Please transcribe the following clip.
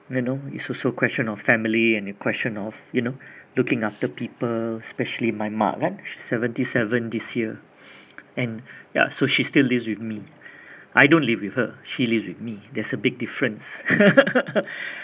you know is also question of family and a question of you know looking after people especially my mak kan seventy seven this year and ya so she still lives with me I don't live with her she lives with me there's a big difference